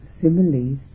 similes